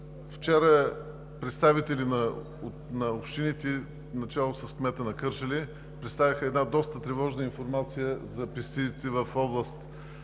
Вчера представители на общините начело с кмета на Кърджали представиха една доста тревожна информация за пестицидите